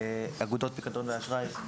אגודות פיקדון ואשראי,